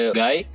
guy